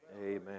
Amen